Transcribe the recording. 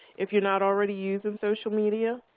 if you're not already using social media.